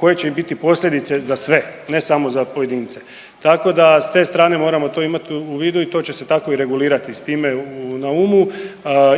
koje će im biti posljedice za sve, ne samo za pojedince. Tako da s te strane moramo to imati u vidu i to će se tako i regulirati s time na umu,